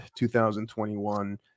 2021